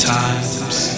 times